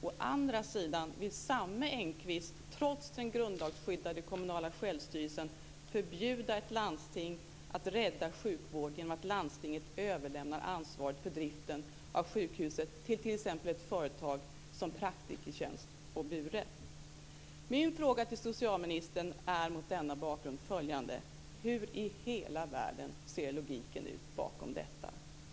Å andra sidan vill samme Engqvist trots den grundlagsskyddade kommunala självstyrelsen förbjuda ett landsting att rädda sjukvård genom att överlämna ansvaret för driften av sjukhus till företag som Praktikertjänst eller Bure. Min fråga till socialministern är mot denna bakgrund följande: Hur i hela världen ser logiken ut bakom detta?